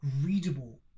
readable